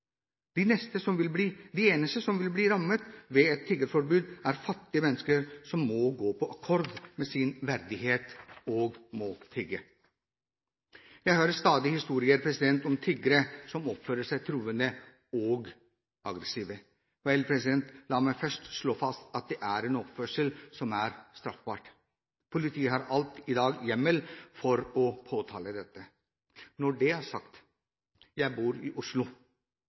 De eneste som vil bli rammet ved et tiggeforbud, er fattige mennesker som må gå på akkord med sin verdighet og må tigge. Jeg hører stadig historier om tiggere som oppfører seg truende og aggressivt. Vel, la meg først slå fast at det er en oppførsel som er straffbar. Politiet har alt i dag hjemmel for å påtale dette. Når det er sagt: Jeg bor i Oslo